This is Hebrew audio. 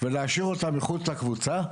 ולהשאיר אותם מחוץ לקבוצה,